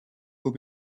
will